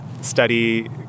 study